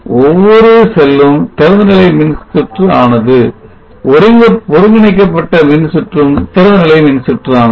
ஒவ்வொரு செல்லும் திறந்தநிலை மின்சுற்று ஆனது ஒருங்கிணைக்கப்பட்ட மின்சுற்றும் திறந்த நிலை மின்சுற்று ஆனது